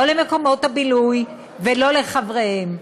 לא למקומות הבילוי ולא לחבריהם.